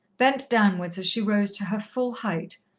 bent downwards as she rose to her full height,